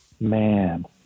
man